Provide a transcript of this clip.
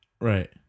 right